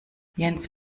jens